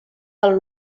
del